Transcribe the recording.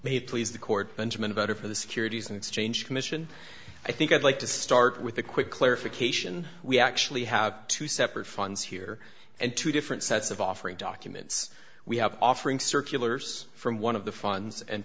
may please the court benjamin better for the securities and exchange commission i think i'd like to start with a quick clarification we actually have two separate funds here and two different sets of offering documents we have offering circulars from one of the funds and